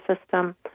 system